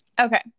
Okay